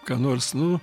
ką nors nu